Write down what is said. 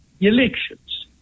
elections